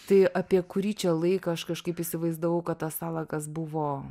tai apie kurį čia laiką aš kažkaip įsivaizdavau kad tas salakas buvo